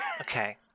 Okay